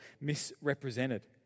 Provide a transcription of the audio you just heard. misrepresented